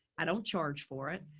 i don't charge for it.